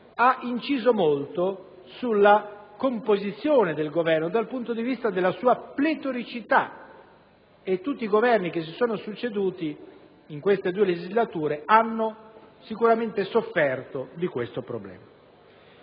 hanno inciso molto sulla composizione del Governo dal punto di vista della sua pletoricità. Tutti i Governi che si sono succeduti nelle ultime due legislature hanno sicuramente sofferto di questo problema.